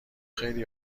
خیلی